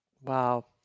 Wow